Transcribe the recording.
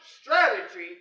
strategy